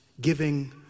giving